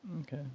Okay